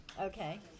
Okay